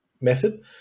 method